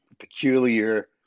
peculiar